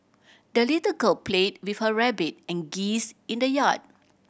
the little girl played with her rabbit and geese in the yard